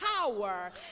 power